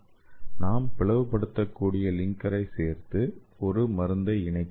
நாம் பிளவுபடுத்தக்கூடிய லிங்க்கரை சேர்த்து ஒரு மருந்தை இணைக்கலாம்